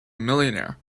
millionaire